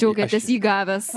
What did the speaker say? džiaugiatės įgavęs